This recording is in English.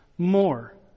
more